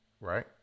Right